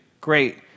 Great